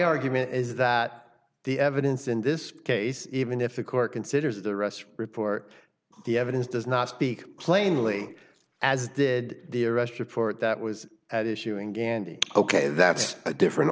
argument is that the evidence in this case even if the court considers the rest report the evidence does not speak plainly as did the arrest report that was at issue in gandy ok that's a different